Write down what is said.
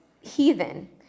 heathen